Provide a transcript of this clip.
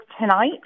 tonight